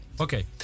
Okay